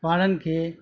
वारनि खे